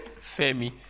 Femi